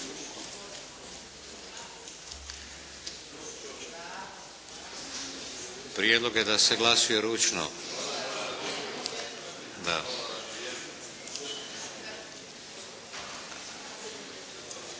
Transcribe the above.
Prijedlog je da se glasuje ručno.